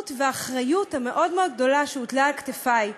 והאחריות המאוד-מאוד גדולה שהוטלה על כתפי.